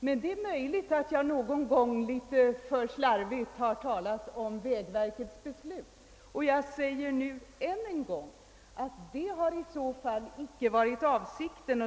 Men det är möjligt att jag någon gång litet för slarvigt har talat om vägverkets beslut. Och jag säger än en gång att det har i så fall icke varit avsikten.